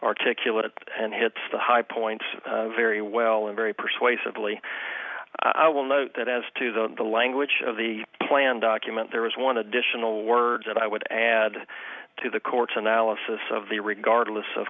articulate and hits the high points very well and very persuasively i will note that as to the language of the plan document there is one additional words that i would add to the court's analysis of the regardless of